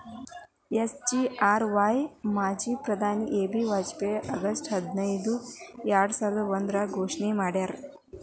SGRY ಮಾಜಿ ಪ್ರಧಾನಿ A B Vajpayee August ಹದಿನೈದು ಎರ್ಡಸಾವಿರದ ಒಂದ್ರಾಗ ಘೋಷಣೆ ಮಾಡ್ಯಾರ